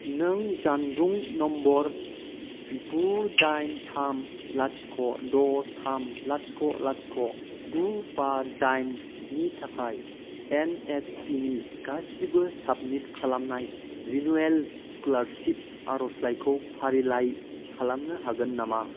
नों जानबुं नम्बर गु दाइन थाम लाथिख' द' थाम लाथिख' लाथिख' गु बा दाइन नि थाखाय एनएसपि नि गासिबो साबमिट खालामनाय रिनिउयेल स्कलारसिप आरजलाइखौ फारिलाइ खालामनो हागोन नामा